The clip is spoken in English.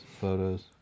photos